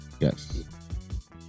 yes